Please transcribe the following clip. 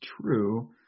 true